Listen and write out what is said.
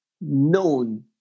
known